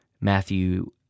Matthew